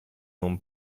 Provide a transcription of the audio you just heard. non